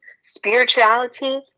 spirituality